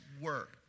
work